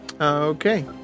Okay